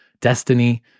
Destiny